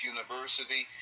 University